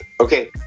okay